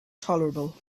tolerable